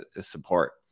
support